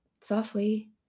softly